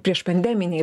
prieš pandeminiai